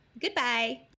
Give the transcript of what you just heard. goodbye